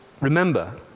Remember